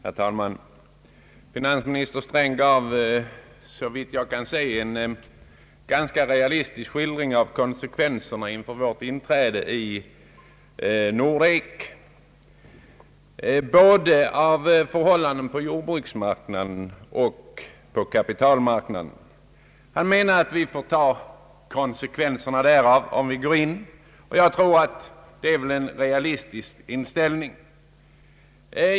Herr talman! Finansminister Sträng gav, såvitt jag kunde se, en ganska realistisk skildring av konsekvenserna inför vårt inträde i Nordek både på jordbruksmarknaden och på kapitalmarknaden. Han menar att vi bör ta konsekvenserna av ett inträde i Nordek, och jag skulle tro att det är en realistisk inställning.